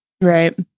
right